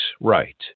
Right